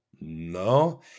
No